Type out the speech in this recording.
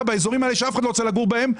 באזורים האלה שאף אחד לא רוצה לגור בהם.